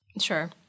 Sure